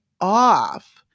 off